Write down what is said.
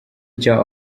cya